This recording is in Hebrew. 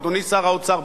אדוני שר האוצר,